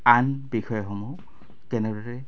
আন বিষয়সমূহ কেনেদৰে